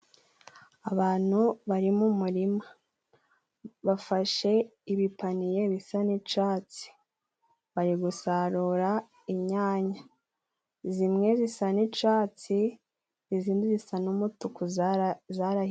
Abantu bari mu murima, bafashe ibipaniye bisa n'icatsi, bari gusarura inyanya, zimwe zisa n'icatsi izindi zisa n'umutuku zarahiye.